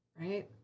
right